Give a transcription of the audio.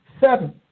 Seven